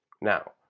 Now